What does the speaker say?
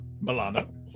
Milano